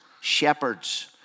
shepherds